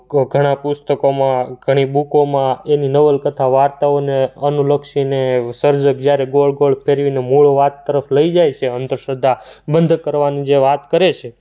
ઘણા પુસ્તકોમાં ઘણી બુકોમાં એની નવલકથા વાર્તાઓને અનુલક્ષીને સર્જક જ્યારે ગોળ ગોળ કરી અને મૂળ વાત તરફ લઈ જાય છે અંધશ્રદ્ધા બંધ કરવાની જે વાત કરે છે